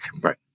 Right